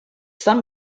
some